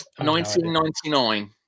1999